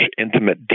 intimate